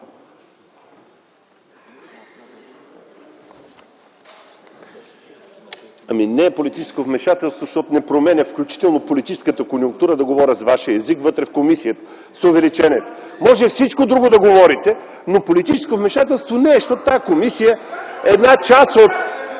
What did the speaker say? Не е политическо вмешателство, защото не променя включително политическата конюнктура – да говоря с вашия език вътре в комисията – с увеличението. Може всичко друго да говорите, но политическо вмешателство не е, защото една част от